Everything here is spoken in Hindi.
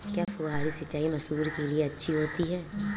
क्या फुहारी सिंचाई मसूर के लिए अच्छी होती है?